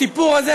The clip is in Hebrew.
הסיפור הזה,